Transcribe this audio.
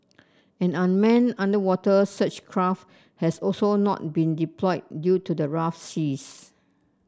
and an manned underwater search craft has also not been deployed due to the rough seas